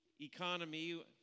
economy